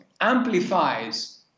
amplifies